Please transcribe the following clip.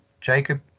Jacob